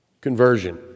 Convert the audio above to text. conversion